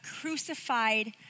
crucified